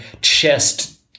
chest